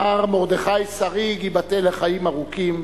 מר מרדכי שריג, ייבדל לחיים ארוכים,